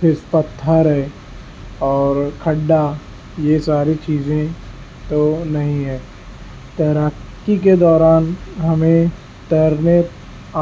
تیز پتھر ہے اور کھڈا یہ ساری چیزیں تو نہیں ہے تیراکی کے دوران ہمیں تیرنے